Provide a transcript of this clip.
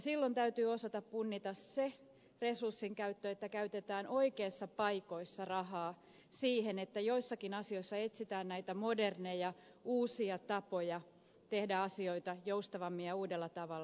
silloin täytyy osata punnita se resurssinkäyttö että käytetään oikeissa paikoissa rahaa että joissakin asioissa etsitään näitä moderneja uusia tapoja tehdä asioita joustavammin ja uudella tavalla